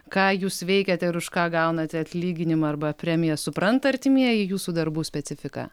ką jūs veikiate ir už ką gaunate atlyginimą arba premiją supranta artimieji jūsų darbų specifiką